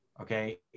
okay